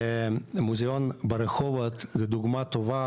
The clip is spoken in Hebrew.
המוזיאון ברחובות זו דוגמא טובה,